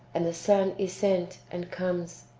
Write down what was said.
and the son is sent, and comes.